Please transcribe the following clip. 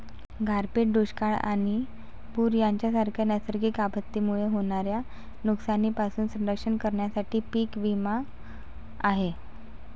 गारपीट, दुष्काळ आणि पूर यांसारख्या नैसर्गिक आपत्तींमुळे होणाऱ्या नुकसानीपासून संरक्षण करण्यासाठी पीक विमा आहे